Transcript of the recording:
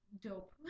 dope